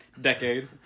decade